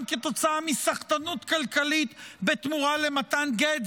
גם כתוצאה מסחטנות כלכלית בתמורה למתן גט,